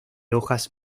hojas